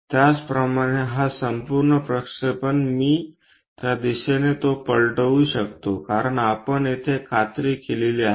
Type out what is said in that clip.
त्याचप्रमाणे हा संपूर्ण प्रक्षेपण मी त्या दिशेने तो पलटवू शकतो कारण आपण येथे कात्री केलेली आहे